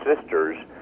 sisters